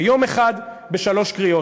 ביום אחד, בשלוש קריאות.